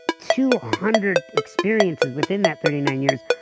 two hundred experiences within that thirty nine years,